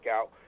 out